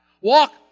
Walk